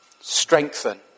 strengthen